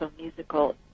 musical